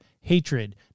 hatred